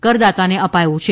કરદાતાને અપાયો છે